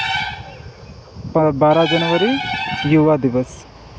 ᱵᱟᱨᱳ ᱡᱟᱹᱱᱩᱣᱟᱹᱨᱤ ᱡᱩᱵᱟ ᱫᱤᱵᱚᱥ